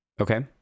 Okay